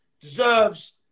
deserves